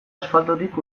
asfaltotik